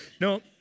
No